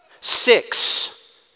six